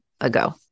ago